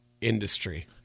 industry